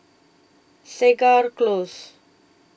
Segar Close